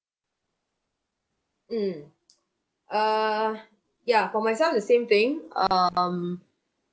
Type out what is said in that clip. mm err ya for myself the same thing um